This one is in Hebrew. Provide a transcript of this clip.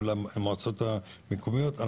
אל מול המועצות המקומיות.